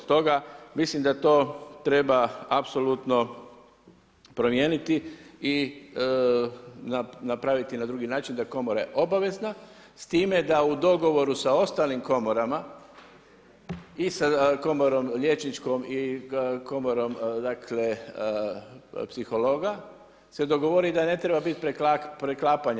Stoga mislim da to treba apsolutno promijeniti i napraviti na drugi način da komora je obavezna, s time da u dogovoru sa ostalim komorama i sa komorom liječničkom i komorom dakle psihologa se dogovori da ne treba biti preklapanja.